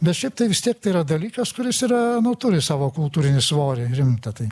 bet šiaip tai vis tiek tai yra dalykas kuris yra turi savo kultūrinį svorį rimtą tai